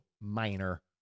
minor